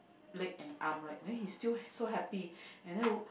leg and arm right then he still so happy and then